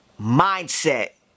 mindset